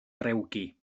drewgi